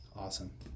Awesome